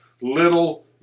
little